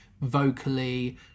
vocally